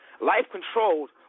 Life-controlled